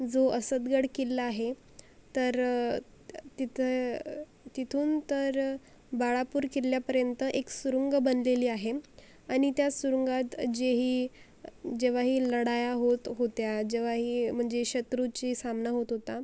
जो असदगड किल्ला आहे तर तिथं तिथून तर बाळापूर किल्ल्यापर्यंत एक सुरुंग बनलेली आहे आणि त्या सुरुंगात जेही जेव्हाही लढाया होत होत्या जेव्हाही म्हणजे शत्रूशी सामना होत होता